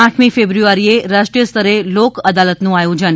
આઠમી ફેબ્રુઆરીએ રાષ્ટ્રીય સ્તરે લોક અદાલતનું આયોજન